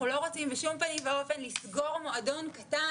אנחנו לא רוצים בשום פנים ואופן לסגור מועדון קטן,